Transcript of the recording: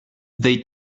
they